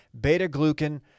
beta-glucan